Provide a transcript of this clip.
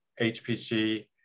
HPG